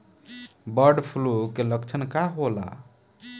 Bird flu के लक्षण का होला?